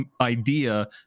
idea